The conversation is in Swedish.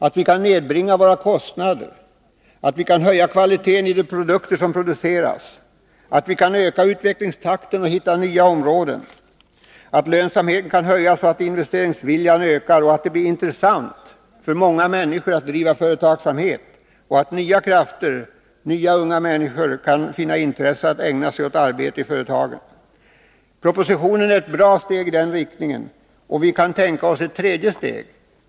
Vi måste kunna nedbringa våra kostnader, kunna höja kvaliteten på de produkter som produceras, kunna öka utvecklingstakten och hitta nya områden och kunna höja lönsamheten, så att investeringsviljan ökar och det blir intressant för många människor att driva företagsamhet, och nya krafter, nya unga människor, kan finna intresse i att ägna sig åt att arbeta i företagen. Propositionen är ett bra steg i den här riktningen, och vi kan tänka oss ett tredje steg.